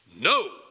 No